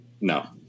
no